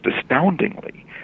astoundingly